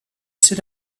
sit